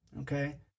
okay